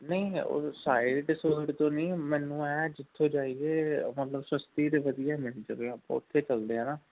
ਨਹੀਂ ਉਹ ਸਾਈਡ ਸੁਇਡ ਤੋਂ ਨਹੀਂ ਮੈਨੂੰ ਐਂਅ ਜਿੱਥੇ ਜਾਈਏ ਮਤਲਬ ਸਸਤੀ ਅਤੇ ਵਧੀਆ ਮਿਲ ਜਾਵੇ ਆਪਾਂ ਉੱਥੇ ਚਲਦੇ ਹਾਂ ਨਾ